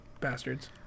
Bastards